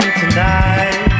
tonight